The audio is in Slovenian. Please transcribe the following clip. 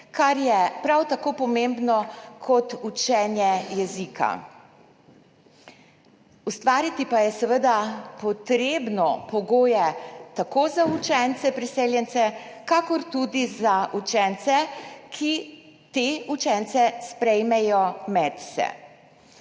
kar je prav tako pomembno kot učenje jezika. Ustvariti pa je seveda potrebno pogoje tako za učence priseljence kakor tudi za učence, ki te učence sprejmejo medse.